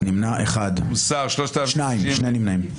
4 בעד, 9 נגד, 1 נמנע.